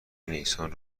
نیسان